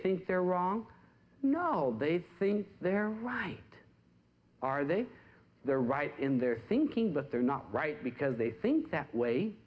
think they're wrong no they think they're right are they they're right in their thinking that they're not right because they think that way